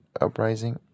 Uprising